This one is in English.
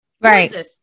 Right